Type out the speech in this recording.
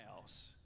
house